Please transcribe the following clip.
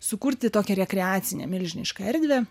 sukurti tokią rekreacinę milžinišką erdvę